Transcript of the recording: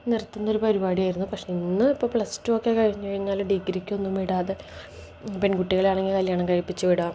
നിർത്തുന്നൊരു പരിപാടിയായിരുന്നു പക്ഷെ ഇന്ന് ഇപ്പം പ്ലസ് ടു ഒക്കെ കഴിഞ്ഞു കഴിഞ്ഞാൽ ഡിഗ്രിക്കൊന്നും വിടാതെ പെൺകുട്ടികളാണെങ്കിൽ കല്യാണം കഴിപ്പിച്ചു വിടാം